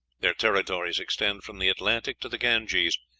their territories extend from the atlantic to the ganges,